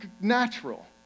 natural